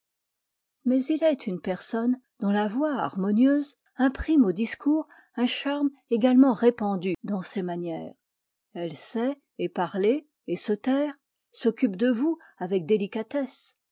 mais il est une personne dont la voix harmonieuse imprime au discours un charme également répandu dans ses manières elle sait et pîrler et se taire s'occupe de vous avec